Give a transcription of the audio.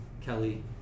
Kelly